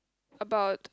about